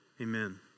Amen